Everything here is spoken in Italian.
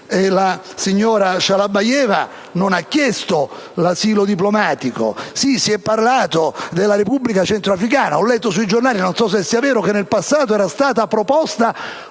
la signora Shalabayeva non ha chiesto l'asilo diplomatico. Si è parlato della Repubblica centroafricana: ho letto sui giornali, ma non so se sia vero, che la signora nel passato era stata proposta